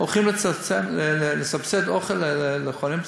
הולכים לסבסד אוכל לחולים.